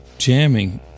jamming